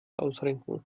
ausrenken